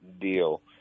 deal